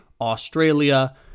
Australia